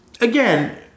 Again